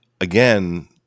again